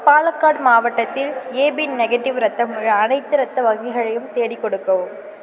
பாலாகாட் மாவட்டத்தில் AB negative இரத்தம் உள்ள அனைத்து இரத்த வங்கிகளையும் தேடிக் கொடுக்கவும்